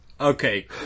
Okay